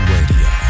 Radio